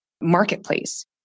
marketplace